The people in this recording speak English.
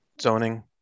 zoning